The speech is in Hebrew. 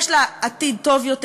יש לה עתיד טוב יותר,